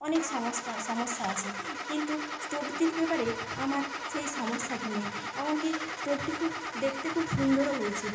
অনেক সমস্টা সমস্যা আছে কিন্তু স্টোভটির ব্যাপারে আমার সেই সমস্যাটি নেই এমন কি স্টোভটি খুব দেখতে খুব সুন্দরও হয়েছে